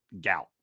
gout